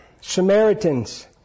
Samaritans